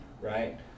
right